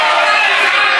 ביזיון.